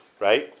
right